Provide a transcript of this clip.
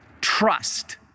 Trust